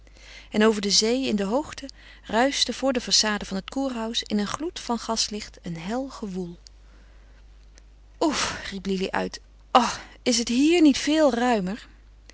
en over de zee in de hoogte ruischte voor de façade van het kurhaus in een gloed van gaslicht een hel gewoel oef riep lili uit o is het hier niet veel ruimer